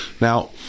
Now